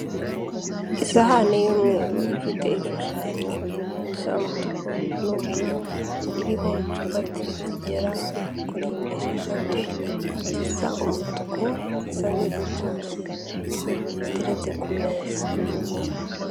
Isahani y'umweru ifite ibishushanyo bisa umutuku n'ubururu, iriho capati zigera kuri esheshatu zisa umutuku, zisa nk'iziryoshye ziteretse ku meza.